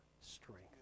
strength